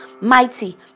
mighty